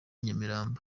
nyamirambo